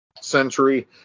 century